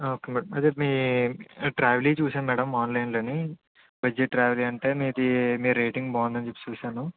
okay madam అదే మీ ట్రావెలి చూసాం మ్యాడం ఆన్లైన్ లోని బడ్జెట్ ట్రావెలి అంటే మీది మీ రేటింగు బాగుందని చెప్పేసి చూసాను